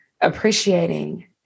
appreciating